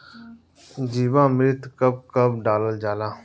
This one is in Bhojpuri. जीवामृत कब कब डालल जाला?